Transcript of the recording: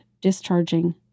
discharging